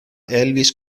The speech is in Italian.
elvis